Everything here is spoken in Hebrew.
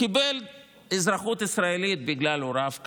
קיבל אזרחות ישראלית בגלל הוריו,